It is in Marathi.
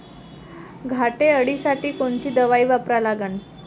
घाटे अळी साठी कोनची दवाई वापरा लागन?